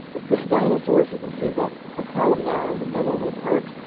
the pre-dinosaurs. you can see the the column there in the middle with earth.